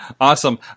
awesome